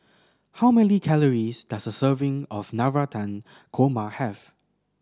how many calories does a serving of Navratan Korma have